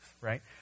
right